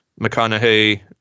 McConaughey